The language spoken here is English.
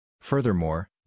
Furthermore